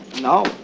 No